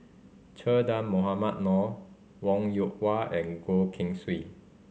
Che Dah Mohamed Noor Wong Yoon Wah and Goh Keng Swee